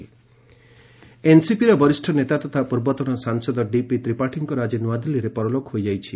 DP Tripathi died ଏନ୍ସିପିର ବରିଷ୍ଠ ନେତା ତଥା ପୂର୍ବତନ ସାଂସଦ ଡିପି ତ୍ରିପାଠୀଙ୍କର ଆଜି ନୂଆଦିଲ୍ଲୀରେ ପରଲୋକ ହୋଇଯାଇଛି